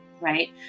Right